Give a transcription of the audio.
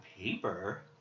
paper